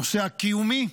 הנושא הקיומי,